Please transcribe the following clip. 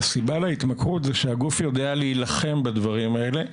והסיבה להתמכרות זה שהגוף יודע להילחם בדברים האלה.